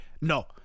no